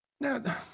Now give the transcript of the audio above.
Now